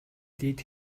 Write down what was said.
дээд